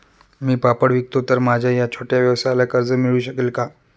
मी पापड विकतो तर माझ्या या छोट्या व्यवसायाला कर्ज मिळू शकेल का?